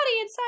inside